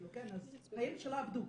אז החיים שלה אבדו.